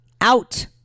out